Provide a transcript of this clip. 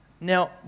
Now